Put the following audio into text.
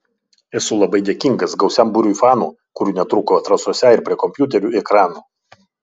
esu labai dėkingas gausiam būriui fanų kurių netrūko trasose ir prie kompiuterių ekranų